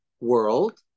world